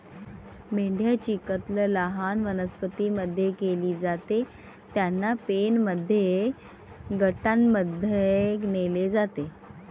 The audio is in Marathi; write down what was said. मेंढ्यांची कत्तल लहान वनस्पतीं मध्ये केली जाते, त्यांना पेनमध्ये गटांमध्ये नेले जाते